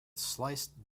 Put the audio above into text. sliced